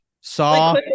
saw